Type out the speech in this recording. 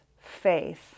faith